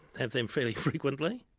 have them fairly frequently.